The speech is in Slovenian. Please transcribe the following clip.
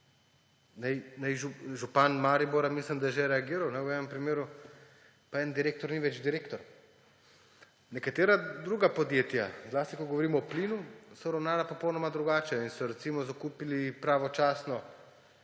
Župan Maribora, mislim, da je že reagiral v enem primeru pa en direktor ni več direktor. Nekatera druga podjetja, zlasti ko govorimo o plinu, so ravnala popolnoma drugače in so, recimo, pravočasno